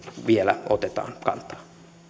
vielä otetaan kantaa